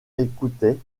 écoutait